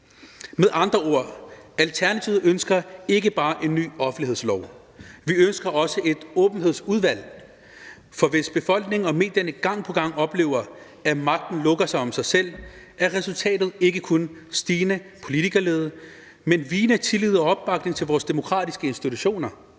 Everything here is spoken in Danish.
Med andre ord ønsker Alternativet ikke bare en ny offentlighedslov. Vi ønsker også et åbenhedsudvalg, for hvis befolkningen og medierne gang på gang oplever, at magten lukker sig om sig selv, er resultatet ikke kun stigende politikerlede, men også vigende tillid og opbakning til vores demokratiske institutioner.